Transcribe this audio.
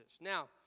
Now